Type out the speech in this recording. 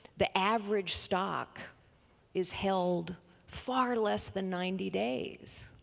the average stock is held far less than ninety days.